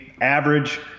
average